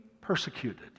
persecuted